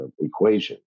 equation